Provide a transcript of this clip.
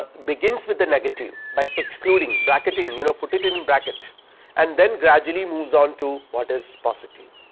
ah begins with a negative by excluding bracketing you know put it in in bracket and then gradually moves on to what is positive.